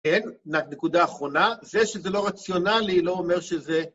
כן, נקודה אחרונה, זה שזה לא רציונלי לא אומר שזה...